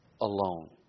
alone